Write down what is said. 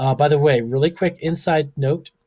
um by the way, really quick inside note,